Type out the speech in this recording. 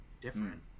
different